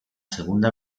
segunda